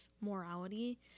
morality